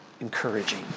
encouraging